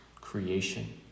creation